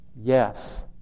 Yes